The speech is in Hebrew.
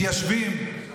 מתיישבים,